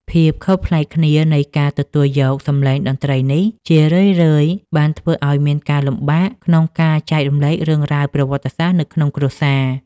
ភាពខុសប្លែកគ្នានៃការទទួលយកសម្លេងតន្ត្រីនេះ ជារឿយៗបានធ្វើឱ្យមានការលំបាកក្នុងការចែករំលែករឿងរ៉ាវប្រវត្តិសាស្ត្រនៅក្នុងគ្រួសារ។